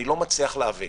אני לא מצליח להבין